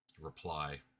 reply